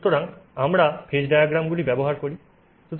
সুতরাং আমরা ফেজ ডায়াগ্রামগুলি ব্যবহার করি